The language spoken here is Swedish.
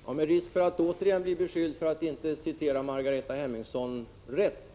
Herr talman! Med risk för att återigen bli beskylld för att inte citera Margareta Hemmingsson rätt,